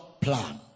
plan